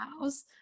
house